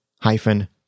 hyphen